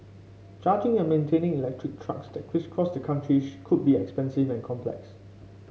charging and maintaining electric trucks that crisscross the country could be expensive and complex